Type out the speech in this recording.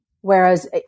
whereas